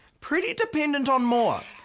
pretty dependent on moa.